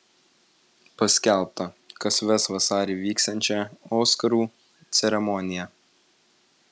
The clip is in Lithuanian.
paskelbta kas ves vasarį vyksiančią oskarų ceremoniją